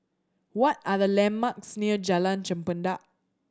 what are the landmarks near Jalan Chempedak